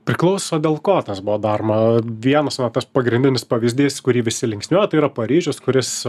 priklauso dėl ko tas buvo daroma vienus va tas pagrindinis pavyzdys kurį visi linksniuoja tai yra paryžius kuris